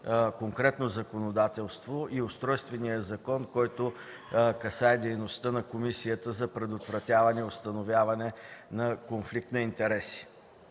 конкретно законодателство и устройствения закон, който касае дейността на Комисията за предотвратяване и установяване на конфликт на интереси.